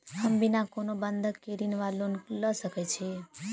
हम बिना कोनो बंधक केँ ऋण वा लोन लऽ सकै छी?